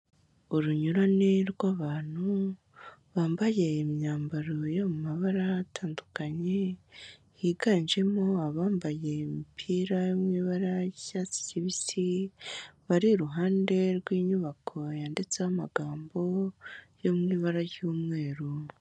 Urunyurane rw'abantu bambaye imyambaro yo mu mabara atandukanye, higanjemo abambaye imipira yo mu ibara ry'icyatsi kibisi, bari iruhande rw'inyubako yanditseho amagambo yo mu ibara ry'umweru.